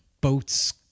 boat's